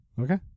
Okay